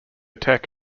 tech